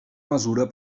mesura